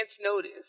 notice